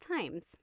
times